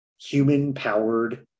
human-powered